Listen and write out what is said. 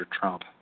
Trump